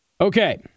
Okay